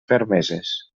permeses